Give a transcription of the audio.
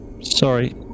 Sorry